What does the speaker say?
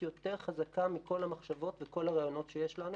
יותר חזקה מכל המחשבות ומכל הרעיונות שיש לנו.